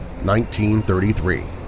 1933